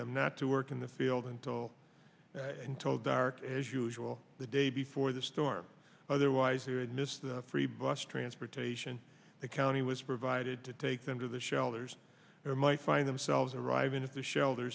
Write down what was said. them not to work in the field until until dark as usual the day before the storm otherwise they would miss the free bus transportation the county was provided to take them to the shelters or might find themselves arriving at the shelter